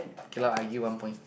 okay lah I give one point